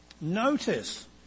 Notice